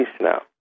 now